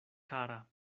kara